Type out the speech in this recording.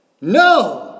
No